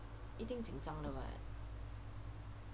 一定紧张的 [what]